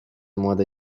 młode